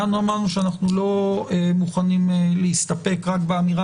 אמרנו שאנו לא מוכנים להסתפק רק באמירה